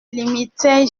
limitait